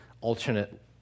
alternate